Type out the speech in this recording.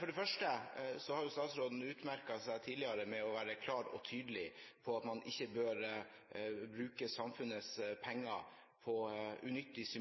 for statsråden har jo tidligere utmerket seg ved å være klar og tydelig på at man ikke bør bruke samfunnets penger på unyttig